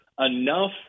enough